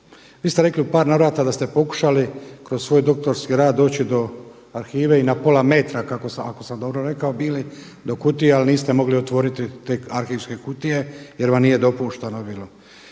Vi ste rekli u par navrata da ste pokušali kroz svoj doktorski rad doći do arhive i na pola metra, ako sam dobro rekao, bili do kutije ali niste mogli otvoriti te arhivske kutije jer vam nije dopušteno bilo.